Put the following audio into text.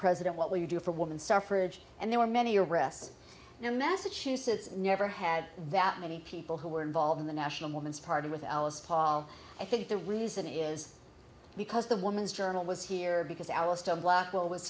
president what will you do for a woman suffrage and there were many arrests in massachusetts never had that many people who were involved in the national woman's party with alice paul i think the reason is because the woman's journal was here because alice blackwell was